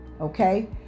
Okay